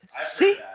See